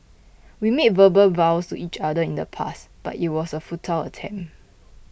we made verbal vows to each other in the past but it was a futile attempt